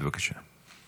לסגנית מזכיר הכנסת.